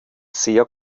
sehr